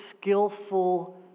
skillful